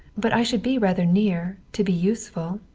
but i should be rather near, to be useful.